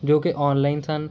ਜੋ ਕਿ ਆਨਲਾਈਨ ਸਨ